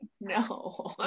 No